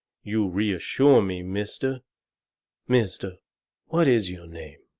you reassure me, mister mister what is your name?